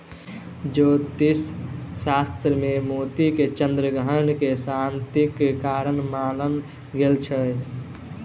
ज्योतिष शास्त्र मे मोती के चन्द्र ग्रह के शांतिक कारक मानल गेल छै